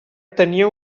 tenia